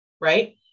Right